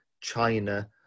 china